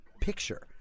Picture